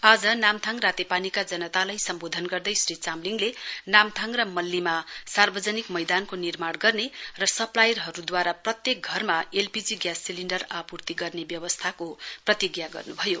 आज नाम्थाङ रातेपानीका जनतालाई सम्बोधन गर्दै श्री चामलिङले नाम्थाङ र मल्लीका सार्वजनिक मैदान निर्माण गर्ने र सप्लाइहरूद्वारा प्रत्येक घरमा एलपीजी ग्यास सिलिण्डर आपूर्ति गर्ने प्रतिज्ञा गर्न् भयो